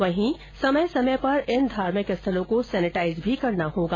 वहीं समय समय पर इन धार्मिक स्थलों को सैनिटाइज भी करना होगा